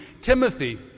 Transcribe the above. Timothy